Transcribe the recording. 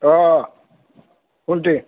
অঁ কুন্তী